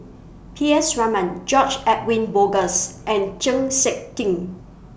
P S Raman George Edwin Bogaars and Chng Seok Tin